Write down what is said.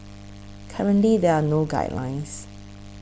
currently there are no guidelines